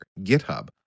GitHub